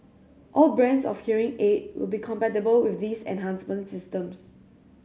all brands of hearing aid will be compatible with these enhancement systems